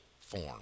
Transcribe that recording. form